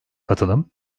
katılım